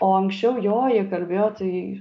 o anksčiau jo jie kalbėjo tai